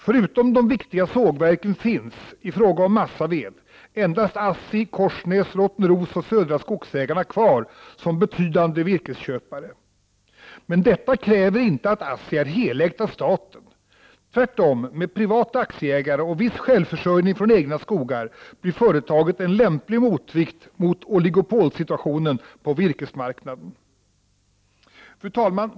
Förutom de viktiga sågverken finns i fråga om massaved endast ASSI, Korsnäs, Rottneros och Södra Skogsägarna kvar som betydande virkesköpare. Men detta kräver inte att ASSI är helägt av staten. Tvärtom, med privata aktieägare och viss självförsörjning från egna skogar blir företaget en lämplig motvikt mot oligopolsituationen på virkesmarknaden. Fru talman!